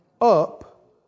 up